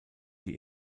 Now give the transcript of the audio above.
die